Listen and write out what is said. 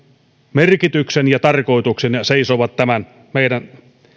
merkityksen ja tarkoituksen ja seisovat tämän meidän